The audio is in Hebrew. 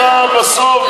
אתה בסוף,